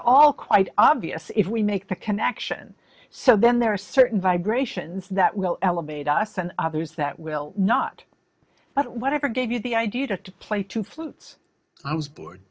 all quite obvious if we make the connection so then there are certain vibrations that will elevate us and others that will not but whatever gave you the idea to play to flutes i was bored